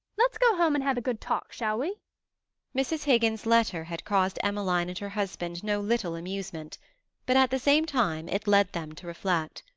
let's go home and have a good talk, shall we mrs. higgins's letter had caused emmeline and her husband no little amusement but at the same time it led them to reflect.